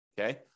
Okay